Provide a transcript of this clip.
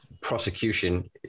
Prosecution